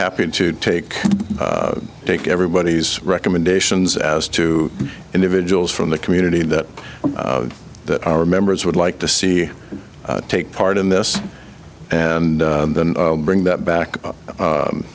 happy to take take everybody's recommendations as to individuals from the community that that our members would like to see take part in this and then bring that back u